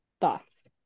Thoughts